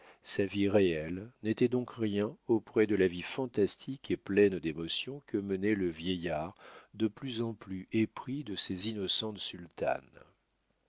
sa vie réelle n'étaient donc rien auprès de la vie fantastique et pleine d'émotions que menait le vieillard de plus en plus épris de ses innocentes sultanes